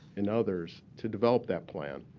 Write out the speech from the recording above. and others to develop that plan.